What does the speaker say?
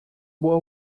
boa